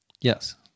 Yes